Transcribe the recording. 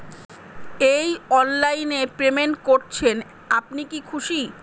এই অনলাইন এ পেমেন্ট করছেন আপনি কি খুশি?